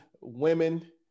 women